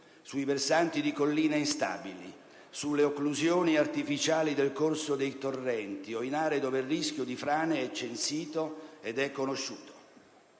sui versanti di colline instabili, sulle occlusioni artificiali del corso dei torrenti o in aree dove il rischio di frane è censito ed è conosciuto.